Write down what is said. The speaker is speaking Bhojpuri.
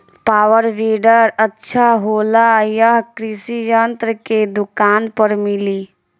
पॉवर वीडर अच्छा होला यह कृषि यंत्र के दुकान पर मिली?